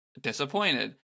disappointed